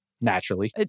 Naturally